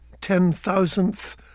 ten-thousandth